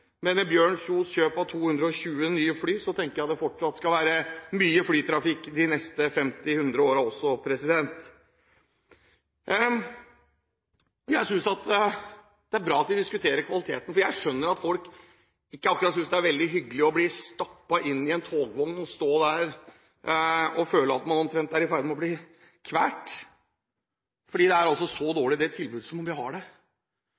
Men med Bjørn Kjos’ kjøp av 220 nye fly tenker jeg det fortsatt vil være mye flytrafikk også de neste 50–100 årene. Jeg synes det er bra at vi diskuterer kvaliteten. Jeg skjønner at folk ikke akkurat synes det er veldig hyggelig å bli stappet inn i en togvogn og stå der og føle at man omtrent er i ferd med å bli kvalt. Så dårlig er altså det tilbudet vi har der. Jeg opplever at verken statsråden eller Høyre – eller Arbeiderpartiet, for den saks skyld – diskuterer det